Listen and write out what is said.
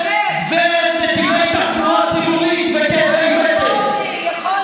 גברת נתיבי תחבורה ציבורית וכאבי בטן.